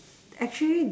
actually